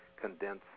condense